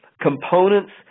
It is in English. Components